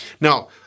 Now